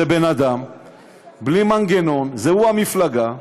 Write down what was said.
בן אדם בלי מנגנון הוא המפלגה,